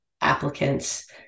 applicants